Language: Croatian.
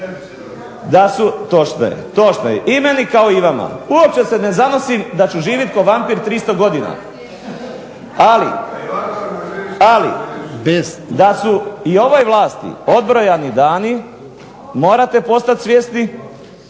je, točno je. I meni kao i vama. Uopće se ne zanosim da ću živjeti kao vampir 300 godina. Ali, da su i ovoj vlasti odbrojani dani morate postati svjesni